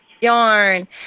Yarn